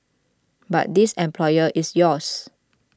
but this employer is yours